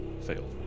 Fail